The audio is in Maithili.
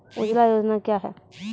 उजाला योजना क्या हैं?